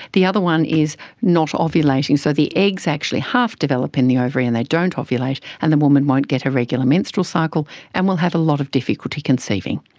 the other one is not ovulating. so the eggs actually half develop in the ovary and they don't ovulate and the woman won't get a regular menstrual cycle and will have a lot of difficulty conceiving.